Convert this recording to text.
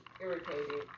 irritated